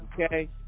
okay